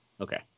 Okay